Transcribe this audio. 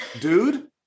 dude